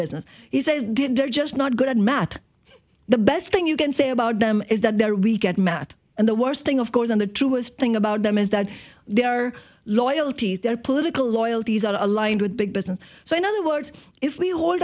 business he says they're just not good at math the best thing you can say about them is that they're weak at math and the worst thing of course in the truest thing about them is that their loyalties their political loyalties are aligned with big business so in other words if we